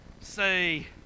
say